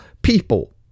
people